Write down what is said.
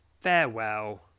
farewell